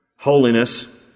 holiness